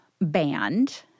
band